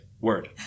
word